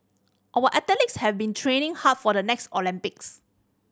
our athletes have been training hard for the next Olympics